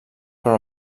però